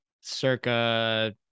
circa